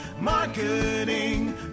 Marketing